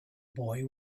boy